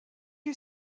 you